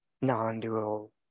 non-dual